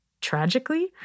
tragically